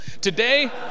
Today